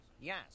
Yes